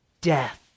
Death